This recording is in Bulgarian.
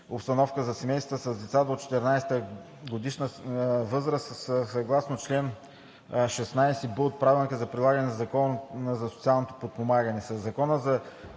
обстановка на семейства с деца до 14-годишна възраст по чл. 16 от Правилника за прилагане на Закона за социалното подпомагане.